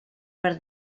per